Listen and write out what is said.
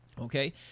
Okay